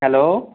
hello